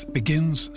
begins